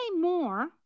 more